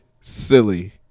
silly